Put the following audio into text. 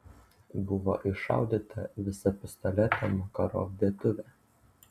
buvo iššaudyta visa pistoleto makarov dėtuvė